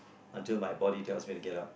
until my body tells me to get up